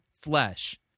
flesh